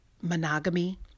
monogamy